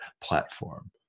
platform